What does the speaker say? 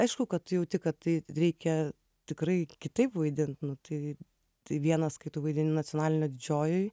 aišku kad tu jauti kad tai reikia tikrai kitaip vaidint nu tai tai vienas kai tu vaidini nacionalinio didžiojoj